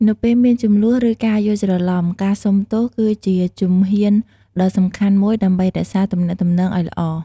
នៅពេលមានជម្លោះ ឬការយល់ច្រឡំ ការសូមទោសគឺជាជំហានដ៏សំខាន់មួយដើម្បីរក្សាទំនាក់ទំនងឱ្យល្អ។